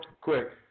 quick